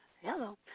Hello